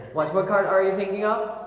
watch what card are you thinking up?